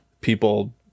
People